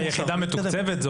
היחידה מתוקצבת?